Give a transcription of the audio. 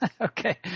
Okay